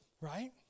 Right